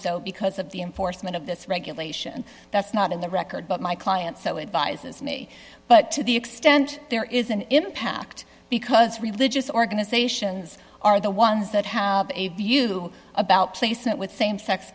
so because of the enforcement of this regulation that's not in the record but my client so advises me but to the extent there is an impact because religious organizations are the ones that have a view about placement with same sex